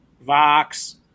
Vox